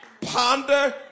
Ponder